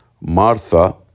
Martha